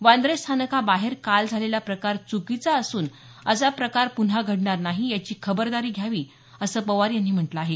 वांद्रे स्थानकाबाहेर काल झालेला प्रकार चुकीचा असून असा प्रकार पुन्हा घडणार नाही याची खबरदारी घ्यावी असं पवार यांनी म्हटलं आहे